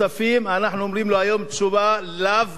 אנחנו אומרים לו היום תשובה: לאו מוחלט.